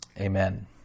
Amen